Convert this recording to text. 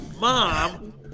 Mom